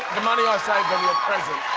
the money i saved on your present.